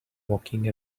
walking